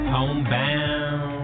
Homebound